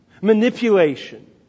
Manipulation